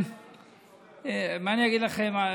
מה אני אגיד לכם,